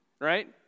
right